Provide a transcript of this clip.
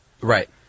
Right